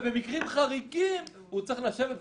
ובמקרים חריגים הוא צריך לשבת ולראות.